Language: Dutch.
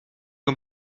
een